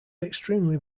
extremely